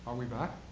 um we back?